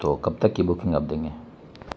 تو کب تک کی بکنگ آپ دیں گے